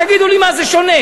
תגידו לי מה זה שונה,